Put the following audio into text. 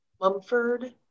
Mumford